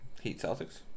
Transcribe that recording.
Heat-Celtics